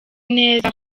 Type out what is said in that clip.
neza